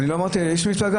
יש שם.